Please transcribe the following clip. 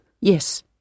Yes